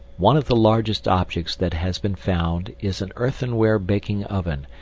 one of the largest objects that has been found is an earthenware baking oven,